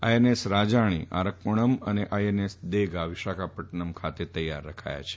INS Rajali Arakkonam ખાતે અને INS Dega Visakhapatnam ખાતે તૈયાર રખાયાં છે